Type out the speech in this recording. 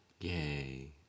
Yay